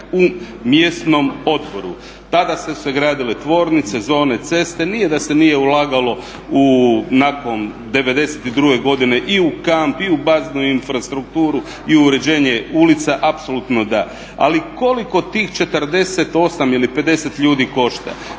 u mjesnom odboru. Tada su se gradile tvornice, zone, ceste, nije da se nije ulagalo nakon '92. godine i u kamp i u … infrastrukturu i u uređenje ulica, apsolutno da. Ali koliko tih 48 ili 50 ljudi košta?